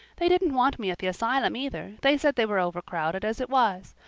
they didn't want me at the asylum, either they said they were over-crowded as it was.